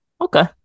Okay